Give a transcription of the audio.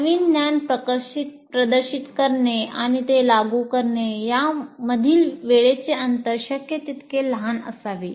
नवीन ज्ञान प्रदर्शित करणे आणि ते लागू करणे यामधील वेळेचे अंतर शक्य तितके लहान असावे